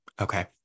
Okay